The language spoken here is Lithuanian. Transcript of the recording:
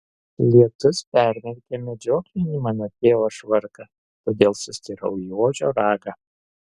lietus permerkė medžioklinį mano tėvo švarką todėl sustirau į ožio ragą